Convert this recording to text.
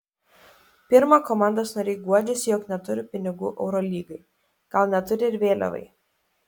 pirma komandos nariai guodžiasi jog neturi pinigų eurolygai gal neturi ir vėliavai